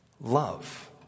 Love